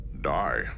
Die